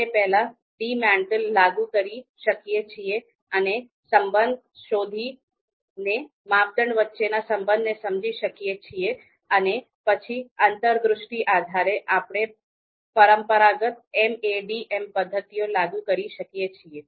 આપણે પહેલા DEMATEL લાગુ કરી શકીએ છીએ અને સંબંધ શોધી ને માપદંડ વચ્ચેના સંબંધને સમજી શકીએ છીએ અને પછી આંતરદૃષ્ટિ આધારે આપણે પરંપરાગત MADM પદ્ધતિઓ લાગુ કરી શકીએ છીએ